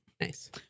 Nice